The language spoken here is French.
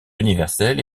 universel